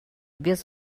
без